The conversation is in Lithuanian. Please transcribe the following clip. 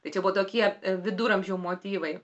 tai čia buvo tokie viduramžių motyvai